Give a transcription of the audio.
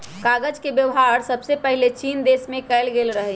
कागज के वेबहार सबसे पहिले चीन देश में कएल गेल रहइ